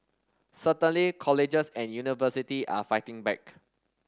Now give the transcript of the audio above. certainly colleges and university are fighting back